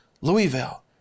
Louisville